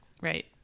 Right